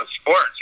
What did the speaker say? sports